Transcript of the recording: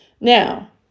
Now